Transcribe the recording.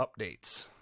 updates